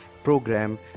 program